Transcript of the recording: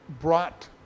brought